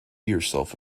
yourself